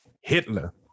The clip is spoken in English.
Hitler